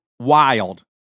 Wild